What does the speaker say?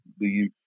leave